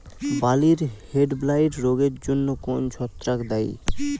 বার্লির হেডব্লাইট রোগের জন্য কোন ছত্রাক দায়ী?